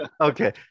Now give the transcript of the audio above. okay